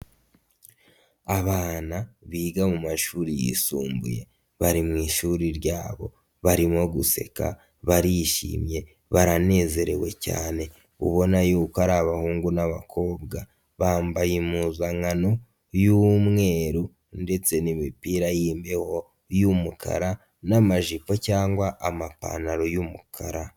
Abana biga mu mashuri yisumbuye bari mu ishuri ryabo, barimo guseka, barishimye, baranezerewe cyane ubona y'uko ari abahungu n'abakobwa, bambaye impuzankano y'umweru ndetse n'imipira y'imbeho y'umukara n'amajipo cyangwa amapantaro y'umukara.